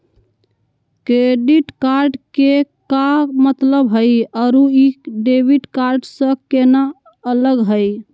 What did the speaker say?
Credit card के का मतलब हई अरू ई डेबिट कार्ड स केना अलग हई?